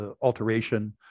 alteration